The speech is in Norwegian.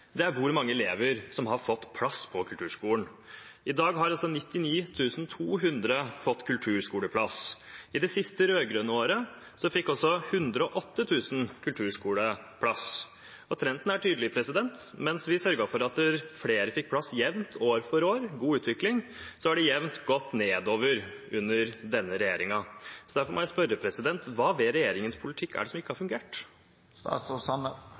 er hvor mange elever som har fått plass på kulturskolen. I dag har 99 200 fått kulturskoleplass. I det siste rød-grønne året fikk 108 000 kulturskoleplass. Trenden er tydelig: Mens vi sørget for at flere fikk plass jevnt år for år, en god utvikling, har det jevnt gått nedover under denne regjeringen. Derfor må jeg spørre: Hva er det ved regjeringens politikk som ikke har fungert?